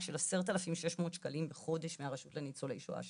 של עשרת אלפים שש מאות שקלים בחודש מהרשות לניצולי שואה,